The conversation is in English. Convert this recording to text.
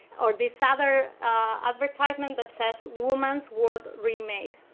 or this other advertisement that says women's world remade.